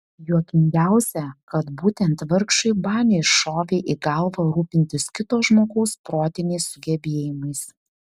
juokingiausia kad būtent vargšui baniui šovė į galvą rūpintis kito žmogaus protiniais sugebėjimais